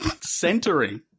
Centering